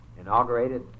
inaugurated